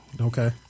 Okay